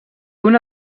una